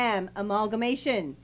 Amalgamation